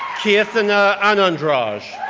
keertana anandraj,